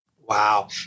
Wow